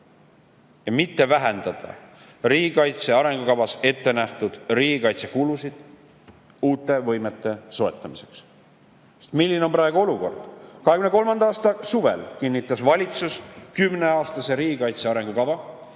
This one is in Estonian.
ega vähendata riigikaitse arengukavas ette nähtud riigikaitsekulusid uute võimete soetamiseks. Milline on praegu olukord? 2023. aasta suvel kinnitas valitsus kümneaastase riigikaitse arengukava.